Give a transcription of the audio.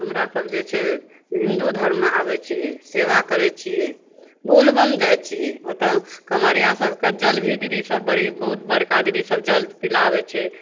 हमरा सब जे छै हिन्दू धर्ममे आबय छियै सेवा करय छियै बोलबम जाइ छियै ओतऽ कमरिया सबके जल भी दीदी सब बड़ी बहुत बड़का दीदी सब जल पिलाबय छै